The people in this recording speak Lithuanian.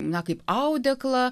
na kaip audeklą